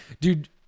Dude